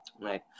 right